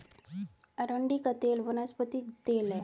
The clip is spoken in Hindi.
अरंडी का तेल वनस्पति तेल है